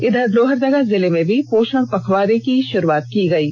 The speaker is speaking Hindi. इधर लोहरदगा जिले में भी पोषण पखवाड़ा की शुरूआत की गयी